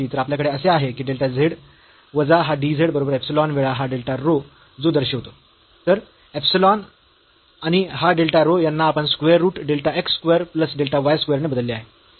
तर आपल्याकडे असे आहे की डेल्टा z वजा हा dz बरोबर इप्सिलॉन वेळा हा डेल्टा रो जो दर्शवितो तर इप्सिलॉन आणि हा डेल्टा रो यांना आपण square root delta x square plus delta y square ने बदलले आहे